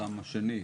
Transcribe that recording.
וגם השני איתנו,